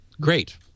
great